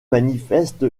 manifeste